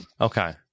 Okay